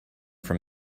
from